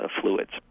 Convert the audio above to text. fluids